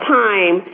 time